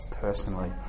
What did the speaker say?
personally